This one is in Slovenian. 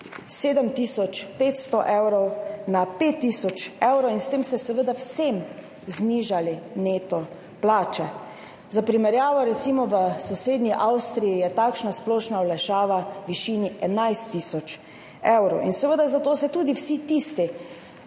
500 evrov na 5 tisoč evrov in s tem ste seveda vsem znižali neto plače. Za primerjavo, recimo v sosednji Avstriji je takšna splošna olajšava v višini 11 tisoč evrov. Seveda se zato tudi vsi tisti,